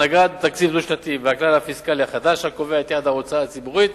הנהגת תקציב דו-שנתי והכלל הפיסקלי החדש הקובע את יעד ההוצאה הציבורית,